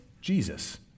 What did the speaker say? Jesus